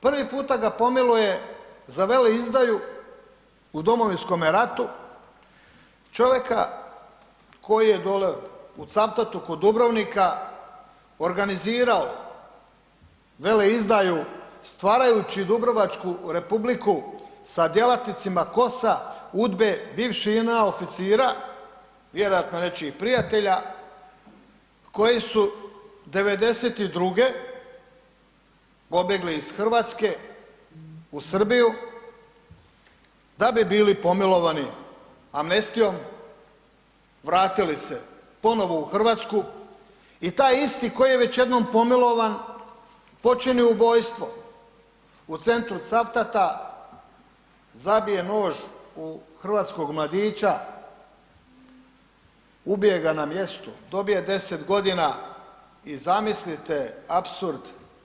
Prvi puta ga pomiluje za veleizdaju u Domovinskome ratu, čovjeka koji je dolje u Cavtatu kod Dubrovnika organizirao veleizdaju stvarajući dubrovačku republiku sa djelatnicima KOS-a, UDBA-e, bivšeg JNA oficira, vjerojatno nečijih prijatelja, koji su 92. pobjegli iz Hrvatske u Srbiju da bi bili pomilovani amnestijom, vratili se ponovno u Hrvatsku i taj isti koji je već jednom pomilovan počini ubojstvo u centru Cavtata, zabije nož u hrvatskog mladića, ubije ga na mjestu, dobije 10 godina i zamislite, apsurd.